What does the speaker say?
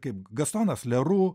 kaip gastonas leru